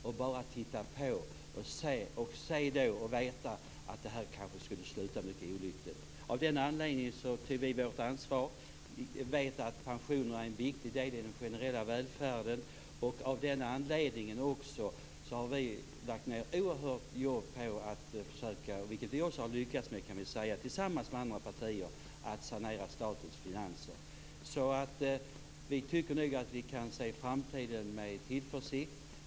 Vad hade hänt om vi bara hade tittat på och vetat att det här kanske skulle sluta mycket olyckligt? Av den anledningen tog vi vårt ansvar. Vi vet att pensionerna är en viktig del i den generella välfärden. Av den anledningen har vi lagt ned ett oerhört jobb på att försöka sanera statens finanser, vilket vi också tillsammans med andra partier har lyckats med. Vi tycker nog att vi kan se framtiden an med tillförsikt.